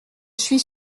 suis